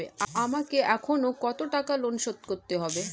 আমাকে এখনো কত টাকা ঋণ শোধ করতে হবে?